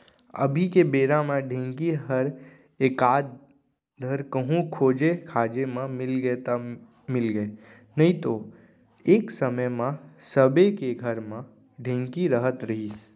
अभी के बेरा म ढेंकी हर एकाध धर कहूँ खोजे खाजे म मिलगे त मिलगे नइतो एक समे म सबे के घर म ढेंकी रहत रहिस